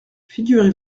figurez